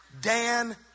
Dan